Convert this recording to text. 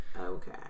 Okay